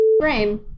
brain